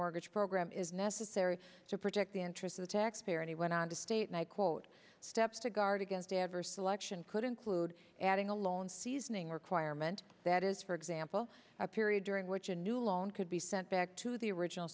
mortgage program is necessary to protect the interest of the taxpayer and he went on to state and i quote steps to guard against adverse selection could include adding a loan seasoning requirement that is for example a period during which a new loan could be sent back to the original